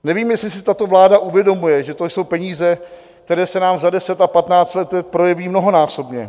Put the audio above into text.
Nevím, jestli si tato vláda uvědomuje, že to jsou peníze, které se nám za deset patnáct let projeví mnohonásobně.